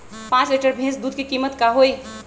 पाँच लीटर भेस दूध के कीमत का होई?